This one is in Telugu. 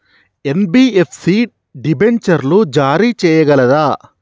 ఎన్.బి.ఎఫ్.సి డిబెంచర్లు జారీ చేయగలదా?